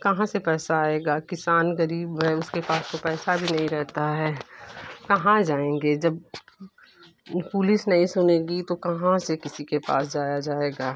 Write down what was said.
कहाँ से पैसा आएगा किसान गरीब है उसके पास तो पैसा भी नहीं रहता है कहाँ जाएंगे जब पुलिस नहीं सुनेगी तो कहाँ से किसी के पास जाया जाएगा